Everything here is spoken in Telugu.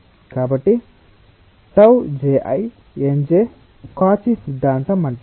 కాబట్టి τ jinj కాచీ సిద్ధాంతం అంటారు